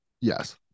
Yes